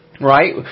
right